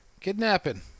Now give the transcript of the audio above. kidnapping